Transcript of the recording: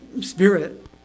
Spirit